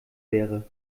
wäre